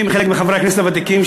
חלק מחברי הכנסת הוותיקים,